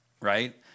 Right